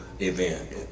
event